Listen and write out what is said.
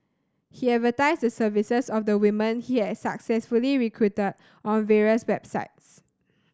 he advertised the services of the women he had successfully recruited on various websites